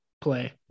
Play